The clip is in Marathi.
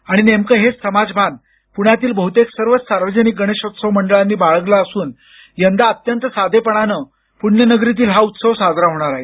आणि नेमकं हेच समाजभान पुण्यातील बहुतेक सर्वच सार्वजनिक गणेशोत्सव मंडळांनी बाळगलं असून यंदा अत्यंत साधेपणानं पुण्यनगरीतील हा उत्सव साजरा होणार आहे